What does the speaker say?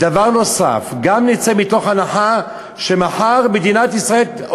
דבר נוסף: גם אם נצא מנקודת הנחה שמחר מדינת ישראל או